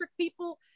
people